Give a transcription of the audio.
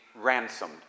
ransomed